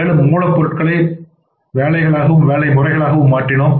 மேலும் மூலப்பொருட்களை வேலை களாகவும் வேலை முறையாகவும் மாற்றினோம்